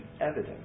evidence